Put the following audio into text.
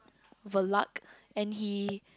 Werlick and he